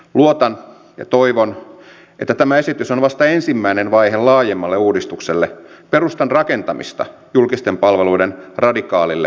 luotan ja toivon että tämä esitys on vasta ensimmäinen vaihe laajemmalle uudistukselle perustan rakentamista julkisten palveluiden radikaalille digitalisoimiselle